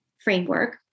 framework